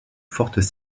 fortes